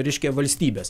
reiškia valstybes